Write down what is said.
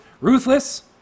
ruthless